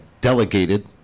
delegated